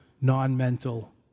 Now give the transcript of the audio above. non-mental